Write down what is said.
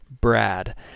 Brad